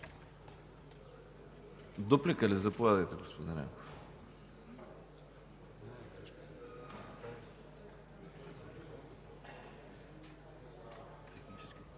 Дуплика – заповядайте, господин Янков.